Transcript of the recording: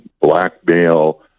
blackmail